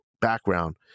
background